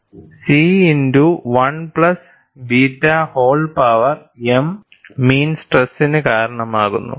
C into 1 plus beta whole power m mean സ്ട്രെസ്ന് കാരണമാകുന്നു